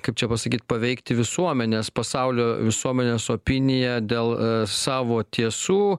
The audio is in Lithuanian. kaip čia pasakyt paveikti visuomenės pasaulio visuomenės opiniją dėl savo tiesų